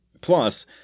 Plus